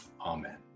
Amen